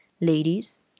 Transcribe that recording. Ladies